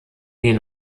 ihn